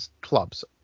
clubs